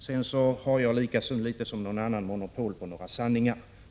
Jag har lika litet som någon annan monopol på några sanningar.